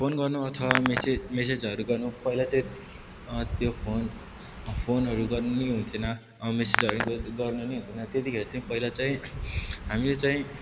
phone गर्नु अथवा message म्यासेजहरू गर्नु पहिला चाहिँ त्यो फोन फोनहरू गर्नु नै हुने थिएन म्यासेजहरू गर्नु नै हुने थिएन त्यतिखेर चाहिँ पहिला चाहिँ हामीले चाहिँ